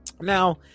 now